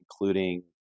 including